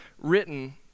written